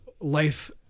life